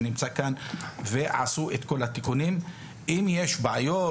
אם יש בעיות